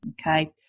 Okay